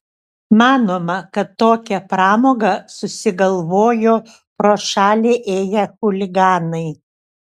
manoma kad tokią pramogą susigalvojo pro šalį ėję chuliganai